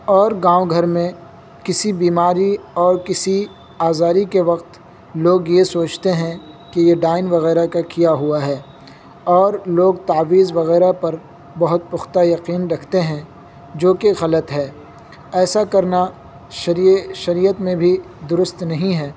اور گاؤں گھر میں کسی بیماری اور کسی آزاری کے وقت لوگ یہ سوچتے ہیں کہ یہ ڈائن وغیرہ کا کیا ہوا ہے اور لوگ تعویذ وغیرہ پر بہت پختہ یقین رکھتے ہیں جو کہ غلط ہے ایسا کرنا شریعت میں بھی درست نہیں ہے